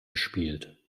gespielt